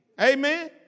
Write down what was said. Amen